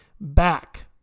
back